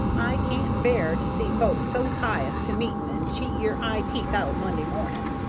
i can't bear to see folks so pious to meeting, and cheat yer eye-teeth out monday morning.